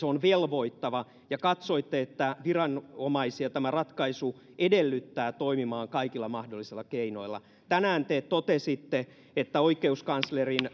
on velvoittava ja katsoitte että viranomaisia tämä ratkaisu edellyttää toimimaan kaikilla mahdollisilla keinoilla tänään te totesitte että oikeuskanslerin